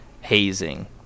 hazing